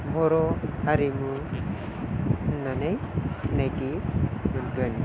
बर' हारिमु होन्नानै सिनायथि मोनगोन